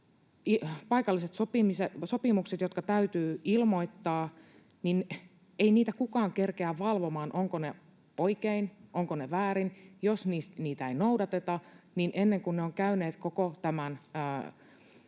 paikallisia sopimuksia, jotka täytyy ilmoittaa, kukaan kerkeä valvomaan, sitä, ovatko ne oikein, ovatko ne väärin. Jos niitä ei noudateta, niin ennen kuin ne ovat käyneet koko tämän